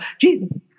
Jesus